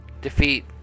Defeat